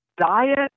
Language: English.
diet